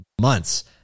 months